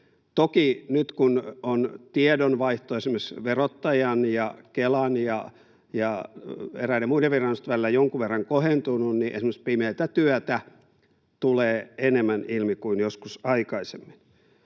Toki nyt, kun on tiedonvaihto esimerkiksi verottajan ja Kelan ja eräiden muiden viranomaisten välillä jonkun verran kohentunut, niin esimerkiksi pimeätä työtä tulee enemmän ilmi kuin joskus aikaisemmin.